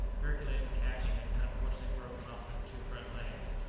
hercules, in catching it, had unfortunately broken off its two front legs,